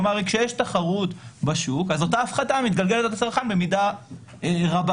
כלומר כשיש תחרות בשוק אותה הפחתה מתגלגלת לצרכן במידה רבה.